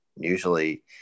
usually